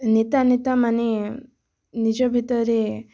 ନେତା ନେତାମାନେ ନିଜ ଭିତରେ